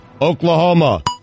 Oklahoma